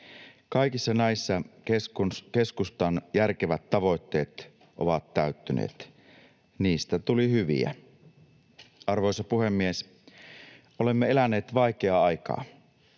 Kaikissa näissä keskustan järkevät tavoitteet ovat täyttyneet — niistä tuli hyviä. Arvoisa puhemies! Olemme eläneet vaikeaa aikaa.